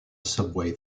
subway